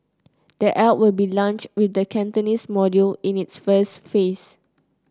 the app will be launched with the Cantonese module in its first phase